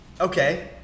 Okay